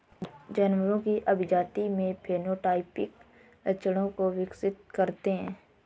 जानवरों की अभिजाती में फेनोटाइपिक लक्षणों को विकसित करते हैं